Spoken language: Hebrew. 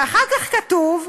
ואחר כך כתוב,